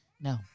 No